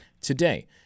today